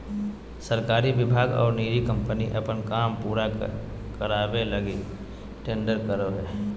सरकारी विभाग और निजी कम्पनी अपन काम के पूरा करावे लगी टेंडर निकालो हइ